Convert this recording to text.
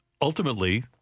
ultimately